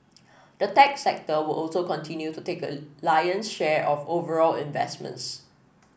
the tech sector will also continue to take a lion share of overall investments